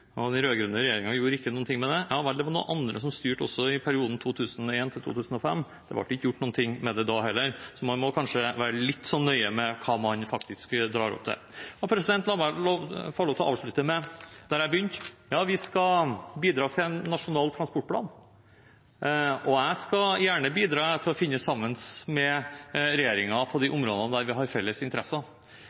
og den rød-grønne regjeringen gjorde ikke noen ting med det – ja vel, men det var noen andre som styrte i perioden 2001–2005. Det ble ikke gjort noe med det da heller, så man må kanskje være litt nøye med hva man drar fram. La meg få lov til å avslutte der jeg begynte: Vi skal bidra til Nasjonal transportplan, og jeg skal gjerne bidra til å finne sammen med regjeringen på de områdene der vi har felles interesser.